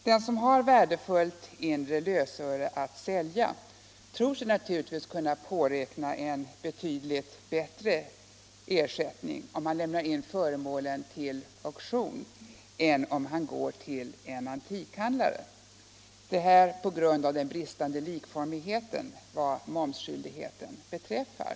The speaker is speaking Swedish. Den som har värdefullt inre lösöre att sälja tror sig naturligtvis kunna påräkna en betydligt bättre ersättning om han lämnar in föremålen till auktion än om han går till en antikhandlare — detta på grund av den bristande likformigheten vad momsskyldigheten beträffar.